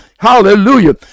hallelujah